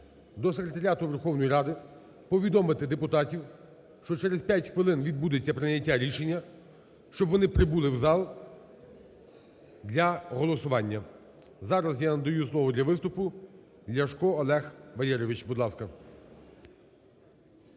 до Секретаріату Верховної Ради повідомити депутатів, що через 5 хвилин відбудеться прийняття рішення, щоб вони прибули в зал для голосування. Зараз я надаю слово для виступу: Ляшко Олег Валерійович, будь ласка.